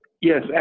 Yes